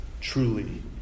truly